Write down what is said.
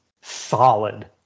solid